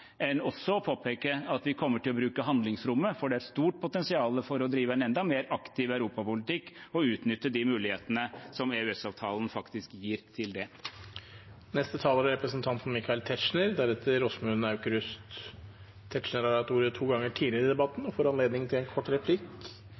å påpeke at vi kommer til å bruke handlingsrommet, for det er et stort potensial for å drive en enda mer aktiv europapolitikk og utnytte de mulighetene som EØS-avtalen faktisk gir til det. Michael Tetzschner har hatt ordet to ganger tidligere i debatten